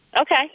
Okay